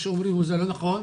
מה שאומרים זה לא נכון.